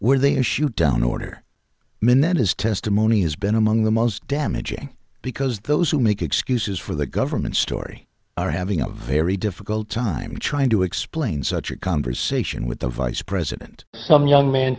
were they a shoot down order men then his testimony has been among the most damaging because those who make excuses for the government story are having a very difficult time trying to explain such a conversation with the vice president some young man